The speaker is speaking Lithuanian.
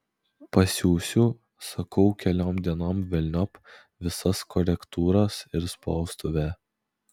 pasiųsiu sakau keliom dienom velniop visas korektūras ir spaustuvę